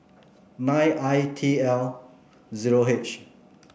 nine I T L zero H